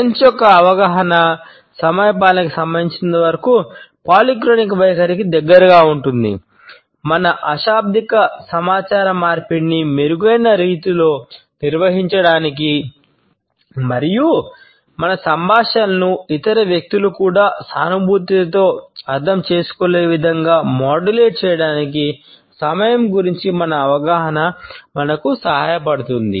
French చేయడానికి సమయం గురించి మన అవగాహన మనకు సహాయపడుతుంది